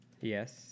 Yes